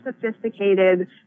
sophisticated